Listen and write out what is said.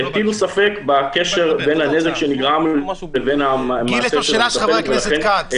שהטילו ספק בקשר בין הנזק שנגרם לבין המעשה של המטפלת,